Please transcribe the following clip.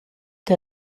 que